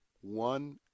one